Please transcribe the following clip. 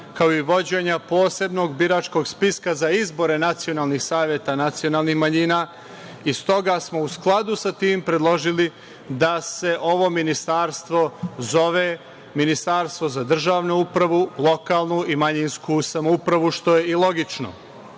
kao i vođenja posebnog biračkog spiska za izbore nacionalnih saveta nacionalnih manjina. Stoga smo, u skladu sa tim, predložili da se ovo ministarstvo zove ministarstvo za državnu upravu, lokalnu i manjinsku samoupravu, što je i logično